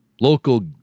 local